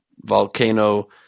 volcano